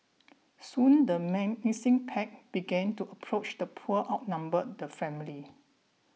soon the menacing pack began to approach the poor outnumbered the family